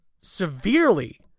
severely